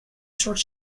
soort